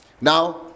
Now